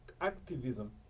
activism